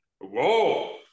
whoa